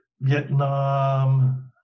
Vietnam